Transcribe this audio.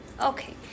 Okay